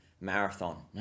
marathon